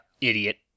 idiot